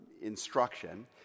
instruction